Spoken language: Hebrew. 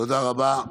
תודה רבה.